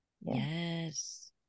Yes